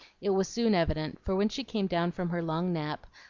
it was soon evident for when she came down from her long nap,